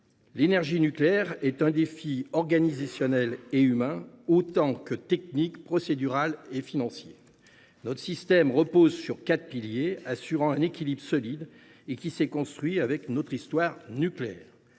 L’énergie nucléaire représente un défi organisationnel et humain autant que technique, procédural et financier. Notre système repose sur quatre piliers assurant un équilibre solide, qui s’est construit tout au long de notre histoire nucléaire.